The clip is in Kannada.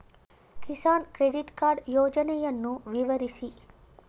ಕಿಸಾನ್ ಕ್ರೆಡಿಟ್ ಕಾರ್ಡ್ ಯೋಜನೆಯನ್ನು ವಿವರಿಸಿ?